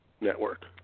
network